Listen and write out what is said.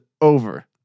over